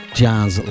jazz